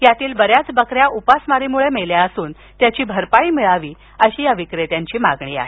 यातील बऱ्याच बकऱ्या उपासमारीमुळे मेल्या असून त्याची भरपाई मिळावी अशी या विक्रेत्यांची मागणी आहे